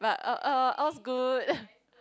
but all's good